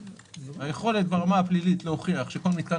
היכולת ברמה הפלילית להוכיח שכל מתקן